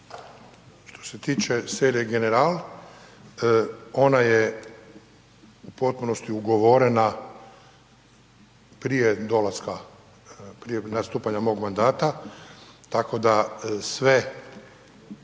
Što se tiče serije General, ona je u potpunosti ugovorena prije dolaska, prije nastupanja mog mandata tako da sve